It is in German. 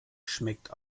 schmeckt